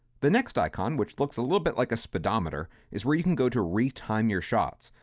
the next icon which looks a little bit like a speedometer is where you can go to re-time your shots.